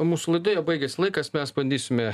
mūsų laidoje baigėsi laikas mes bandysime